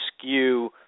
skew